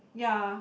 ya